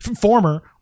former